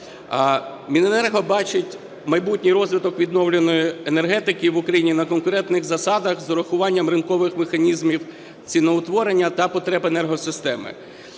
Міненерго бачить майбутній розвиток відновлюваної енергетики в Україні на конкурентних засадах з урахуванням ринкових механізмів ціноутворення та потреб енергосистеми.